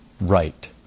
right